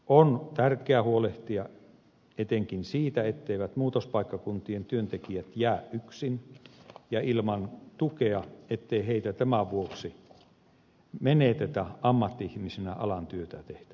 on tärkeää huolehtia etenkin siitä etteivät muutospaikkakuntien työntekijät jää yksin ja ilman tukea ettei heitä tämän vuoksi menetetä ammatti ihmisinä alan työtehtävistä